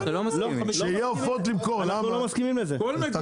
אנחנו לא מסכימים לזה.